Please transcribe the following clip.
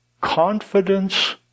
confidence